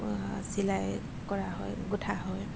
চিলাই কৰা হয় গোঁঠা হয়